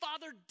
Father